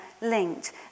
linked